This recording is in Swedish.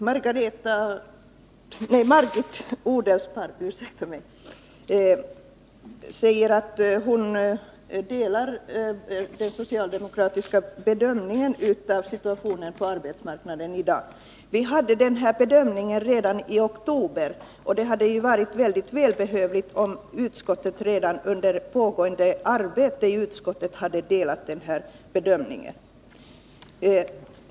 Herr talman! Margit Odelsparr säger att hon delar den socialdemokratiska bedömningen av situationen på arbetsmarknaden i dag. Vi gjorde vår bedömning redan i oktober, och det hade varit mycket välbehövligt om utskottet redan under pågående arbete hade delat denna bedömning.